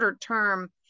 term